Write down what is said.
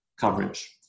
coverage